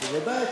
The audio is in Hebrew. בוודאי.